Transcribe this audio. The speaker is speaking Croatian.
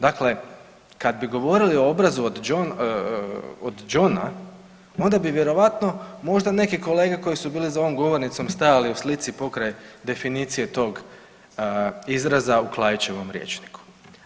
Dakle kad bi govorili o obrazu od đona onda bi vjerojatno možda neke kolege koji su bili za ovom govornicom stajali u slici pokraj definicije tog izraza u Klaićevom rječniku.